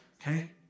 Okay